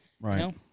Right